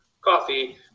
coffee